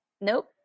Nope